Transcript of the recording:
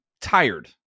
tired